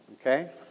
Okay